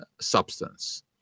substance